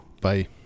Bye